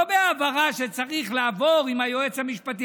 לא העברה שבה צריך לעבור עם היועץ המשפטי